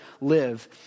live